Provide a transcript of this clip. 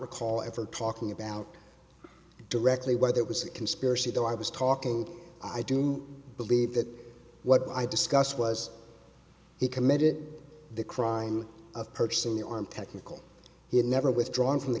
recall ever talking about directly whether it was a conspiracy though i was talking i do believe that what i discussed was he committed the crime of purchasing the arm technical he had never withdrawn from the